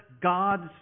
God's